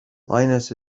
linus